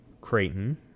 Creighton